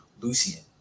Lucian